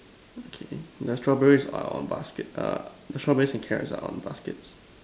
okay the strawberries are on basket strawberries and carrots are on basket